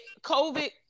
COVID